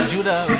Judah